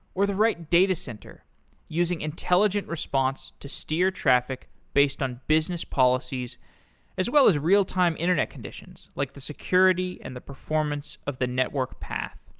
or the right datacenter using intelligent response to steer traffic based on business policies as well as real time internet conditions, like the security and the performance of the network path.